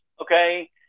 okay